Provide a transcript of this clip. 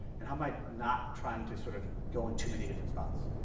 and how am i not trying to sort of go in too many different spots?